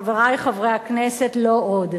חברי חברי הכנסת, לא עוד.